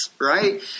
Right